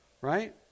right